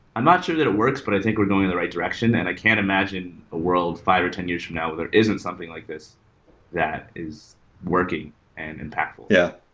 i'm not sure that it works, but i think we're going in the right direction. and i can't imagine a world five or ten years from now where there isn't something like this that is working and impactful yeah,